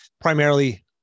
primarily